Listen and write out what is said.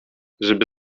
żeby